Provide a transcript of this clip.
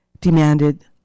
demanded